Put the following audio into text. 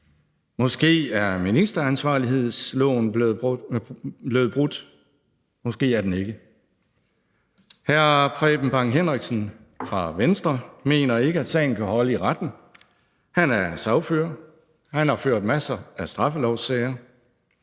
Måske er ministeransvarlighedsloven blevet brudt, måske er den ikke. Hr. Preben Bang Henriksen fra Venstre mener ikke, at sagen kan holde i retten. Han er sagfører, og han har ført masser af straffelovssager.